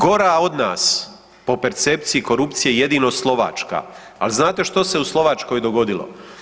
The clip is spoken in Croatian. Gora od nas po percepciji korupcije je jedino Slovačka, ali znate što se u Slovačkoj dogodilo?